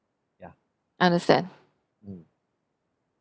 understand